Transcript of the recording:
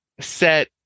set